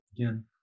again